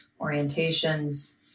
orientations